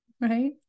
right